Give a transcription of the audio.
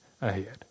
ahead